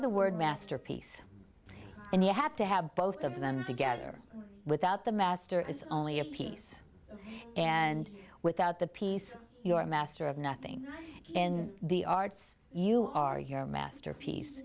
at the word masterpiece and you have to have both of them together without the master it's only a piece and without the piece you are master of nothing in the arts you are your masterpiece